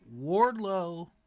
Wardlow